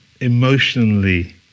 emotionally